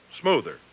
smoother